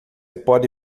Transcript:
pode